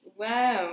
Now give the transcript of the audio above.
wow